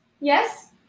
Yes